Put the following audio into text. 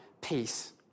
peace